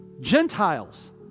Gentiles